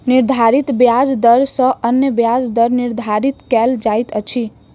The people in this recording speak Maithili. निर्धारित ब्याज दर सॅ अन्य ब्याज दर निर्धारित कयल जाइत अछि